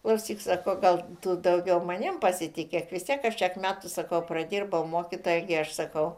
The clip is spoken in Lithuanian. klausyk sako gal tu daugiau manimi pasitikėk vis tiek aš tiek metų sakau pradirbau mokytoja gi aš sakau